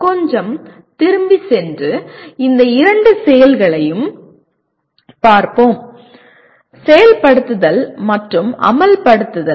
கொஞ்சம் திரும்பிச் சென்று இந்த இரண்டு செயல்களையும் பார்ப்போம் செயல்படுத்துதல் மற்றும் அமல்படுத்துதல்